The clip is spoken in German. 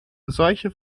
solche